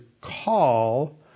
call